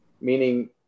meaning